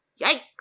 Yikes